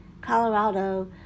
Colorado